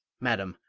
madam,